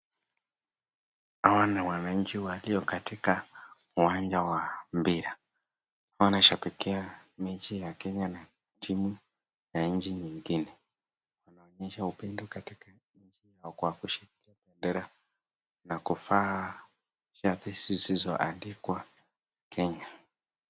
Hawa ni wananchi walio katika uwanja wa mpira. Wanaonyesha pekee, mechi ya Kenya na timu ya nchi nyingine. Wanaonyesha upendo katika nchi yao kwa kushikilia bendera, na kuvaa shati zilizoandikwa Kenya.